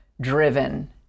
driven